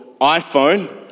iPhone